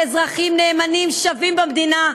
כאזרחים נאמנים שווים במדינה,